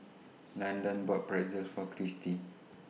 Landan bought Pretzel For Christi